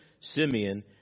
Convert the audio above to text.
Simeon